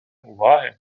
уваги